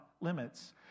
limits